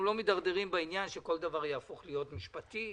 לא מדרדרים בעניין שכל דבר יהפוך להיות משפטי.